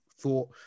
thought